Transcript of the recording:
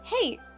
Hey